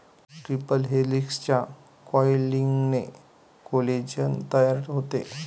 triple हेलिक्सच्या कॉइलिंगने collagen तयार होते